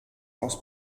aus